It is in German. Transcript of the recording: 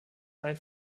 ein